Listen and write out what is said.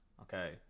okay